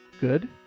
Good